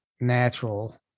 natural